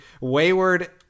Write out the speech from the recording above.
wayward